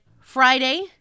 Friday